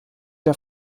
der